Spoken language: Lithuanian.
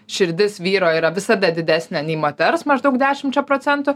širdis vyro yra visada didesnė nei moters maždaug dešimčia procentų